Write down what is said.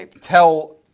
tell